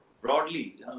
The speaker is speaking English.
broadly